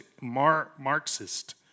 Marxist